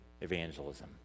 evangelism